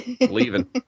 leaving